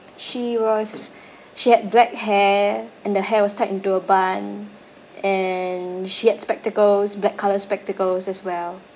she was she had black hair and the hair was tied into a bun and she had spectacles black coloured spectacles as well